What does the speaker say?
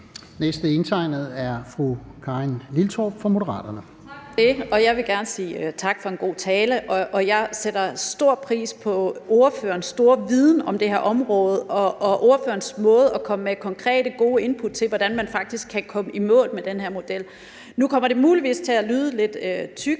næste indtegnede er fru Karin Liltorp fra Moderaterne. Kl. 14:40 Karin Liltorp (M): Tak for det. Jeg vil gerne sige tak for en god tale. Jeg sætter stor pris på ordførerens store viden om det her område og ordførerens måde at komme med konkrete, gode input til, hvordan man faktisk kan komme i mål med den her model. Det kommer muligvis til at lyde,